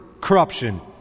corruption